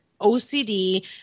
OCD